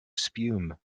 spume